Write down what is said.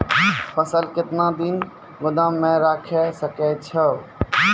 फसल केतना दिन गोदाम मे राखै सकै छौ?